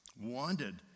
wanted